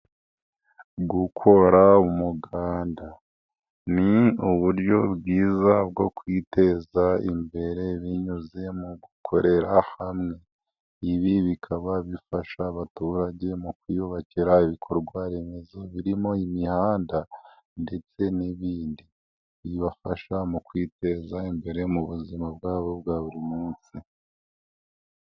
Gukora umuganda, ni uburyo bwiza bwo kwiteza imbere binyuze mu gukorera hamwe. Ibi bikaba bifasha abaturage mu kwiyubakira ibikorwaremezo birimo imihanda ndetse n'ibindi bibafasha mu kwiteza imbere mu buzima bwabo bwa buri munsi.